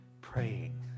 praying